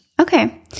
Okay